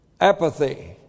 Apathy